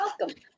welcome